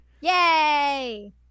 Yay